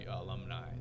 alumni